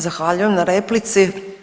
Zahvaljujem na replici.